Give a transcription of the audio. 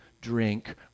drink